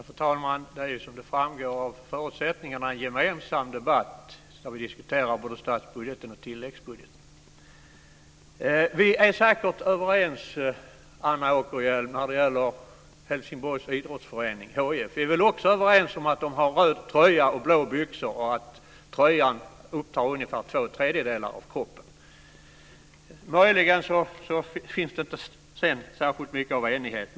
Fru talman! Som framgår av förutsättningarna är det ju i en gemensam debatt som vi diskuterar både statsbudgeten och tilläggsbudgeten. Vi är säkert överens, Anna Åkerhielm, när det gäller Helsingborgs idrottsförening, HIF. Vi är väl också överens om att spelarna har röda tröjor och blå byxor och att tröjan upptar ungefär två tredjedelar av kroppen. Möjligen finns det sedan inte särskilt mycket av enighet.